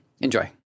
Enjoy